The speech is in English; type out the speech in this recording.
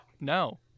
No